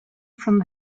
from